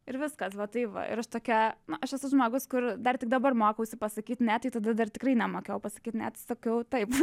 ir viskas va tai va ir tokia nu aš esu žmogus kur dar tik dabar mokausi pasakyt ne tai tada dar tikrai nemokėjau pasakyt ne tai sakiau taip